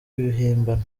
ibihimbano